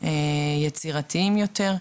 יצירתיים יותר.